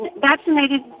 vaccinated